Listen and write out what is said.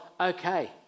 Okay